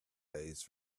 days